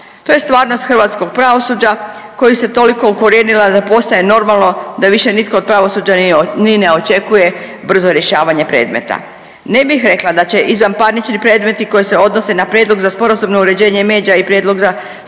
To je stvarnost hrvatskog pravosuđa koji se toliko ukorijenila da postaje normalno da više nitko od pravosuđa ni ne očekuje brzo rješavanje predmeta. Ne bih rekla da će izvanparnični predmeti koji se odnose na prijedlog za sporazumno uređenje međa i prijedlog za sporazumno